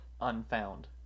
unfound